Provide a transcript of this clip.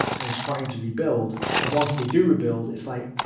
and he's trying to rebuild. and once they do rebuild it's like,